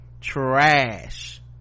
trash